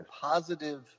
positive